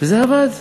וזה עבד.